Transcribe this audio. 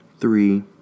Three